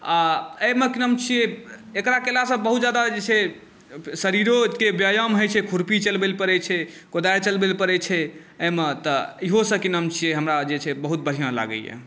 आओर एहिमे कि नाम छिए एकरा केलासँ बहुत ज्यादा जे छै शरीरोके व्यायाम होइ छै खुरपी चलबैलए पड़ै छै कोदारिओ चलबैलए पड़ै छै एहिमे तऽ इहोसँ कि नाम छिए हमरा जे छै बहुत बढ़िआँ लागैए